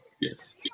yes